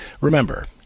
Remember